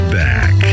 back